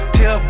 Tell